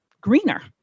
greener